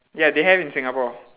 ya they have in singapore